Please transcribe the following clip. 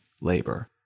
labor